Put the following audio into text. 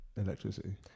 electricity